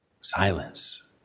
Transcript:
Silence